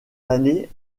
années